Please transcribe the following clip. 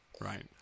Right